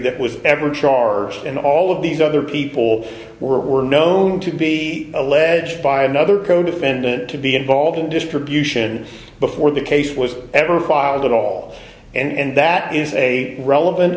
that was ever charged and all of these other people were known to be alleged by another codefendant to be involved in distribution before the case was ever filed at all and that is a relevant